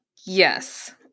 Yes